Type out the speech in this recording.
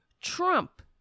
Trump